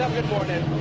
good morning.